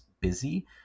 busy